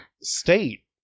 state